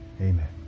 Amen